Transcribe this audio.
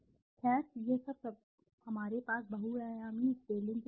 खैर यह सब हमारे पास बहुआयामी स्केलिंग के लिए है